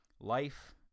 Life